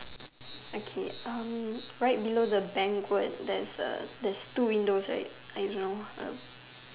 okay erm right below the bank there's a there's two windows right I don't know (erp)